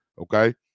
okay